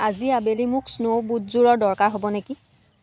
আজি আবেলি মোক স্ন' বুটযোৰৰ দৰকাৰ হ'ব নেকি